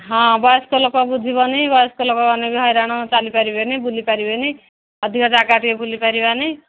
ହଁ ବୟସ୍କ ଲୋକ ବୁଝିବନି ବୟସ୍କ ଲୋକମାନେ ବି ହଇରାଣ ଚାଲି ପାରିବେନି ବୁଲି ପାରିବେନି ଅଧିକ ଜାଗା ଟିକେ ବୁଲି ପାରିବାନି